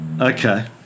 Okay